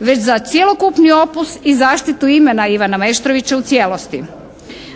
već za cjelokupni opus i zaštitu imena Ivana Meštrovića u cijelosti.